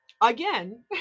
Again